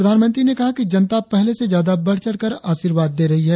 प्रधानमंत्री ने कहा कि जनता पहले से ज्यादा बढ़चढ़ कर आशीर्वाद दे रही है